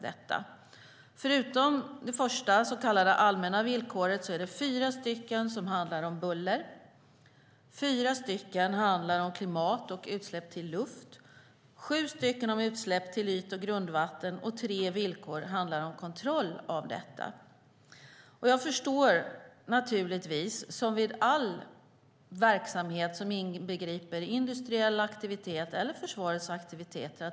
Utöver det första så kallade allmänna villkoret handlar fyra villkor om buller, fyra om klimat och utsläpp till luft, sju om utsläpp till yt och grundvatten och tre om kontroll. Jag förstår naturligtvis att det finns mycket diskussion och att människor är bekymrade, som vid all verksamhet som inbegriper industriell aktivitet eller försvarets aktiviteter.